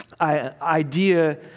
idea